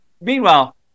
meanwhile